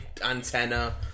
antenna